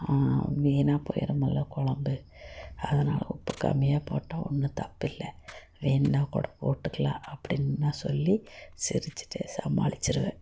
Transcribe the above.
வீணாகப் போகிருமுல்ல கொழம்பு அதனால் உப்பு கம்மியாக போட்டால் ஒன்றும் தப்பில்லை வேணுன்னால்க்கூட போட்டுக்கலாம் அப்படின் நான் சொல்லி சிரிச்சுட்டே சமாளிச்சுருவேன்